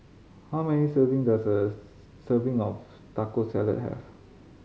how many serving does a serving of Taco Salad have